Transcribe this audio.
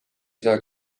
saa